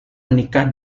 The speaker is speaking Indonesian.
menikah